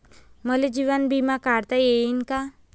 मले जीवन बिमा काढता येईन का?